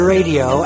Radio